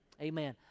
amen